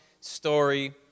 Story